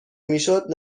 میشد